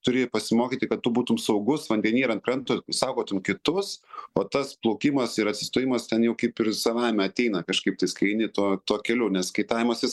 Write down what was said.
turi pasimokyti kad tu būtum saugus vandeny ir ant kranto saugotum kitus o tas plaukimas ir atsistojimas ten jau kaip ir savaime ateina kažkaip tais kai eini tuo tuo keliu nes kaitavimas jis